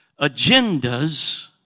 agendas